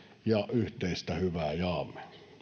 ja yhteistä hyvää jaamme